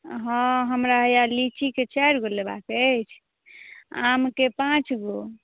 हँ हमरा हैया लिचीके चारि गो लेबाक अछि आमके पाँच गो